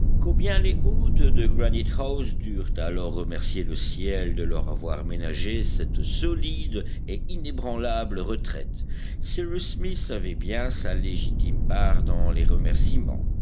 combien les hôtes de granite house durent alors remercier le ciel de leur avoir ménagé cette solide et inébranlable retraite cyrus smith avait bien sa légitime part dans les remerciements